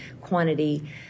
quantity